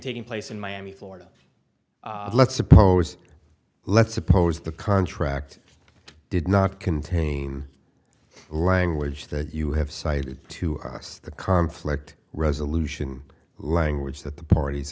taking place in miami florida let's suppose let's suppose the contract did not contain language that you have cited to us the conflict resolution language that the parties